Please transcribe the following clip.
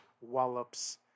wallops